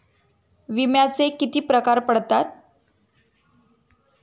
विम्याचे किती प्रकार पडतात?